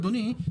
אדוני,